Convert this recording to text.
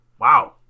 wow